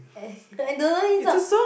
eh I don't know this song